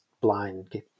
blind